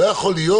לא יכול להיות